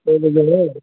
यह तो